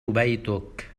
بيتك